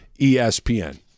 ESPN